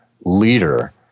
leader